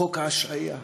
חוק ההשעיה,